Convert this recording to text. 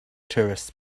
tourists